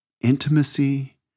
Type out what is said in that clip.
intimacy